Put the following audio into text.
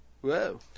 Whoa